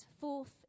Fourth